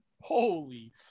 holy